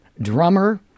drummer